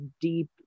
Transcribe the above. deep